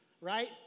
right